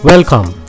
Welcome